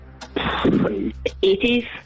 80s